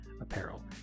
apparel